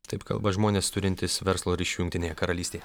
taip kalba žmonės turintys verslo ryšių jungtinėje karalystėje